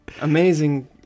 amazing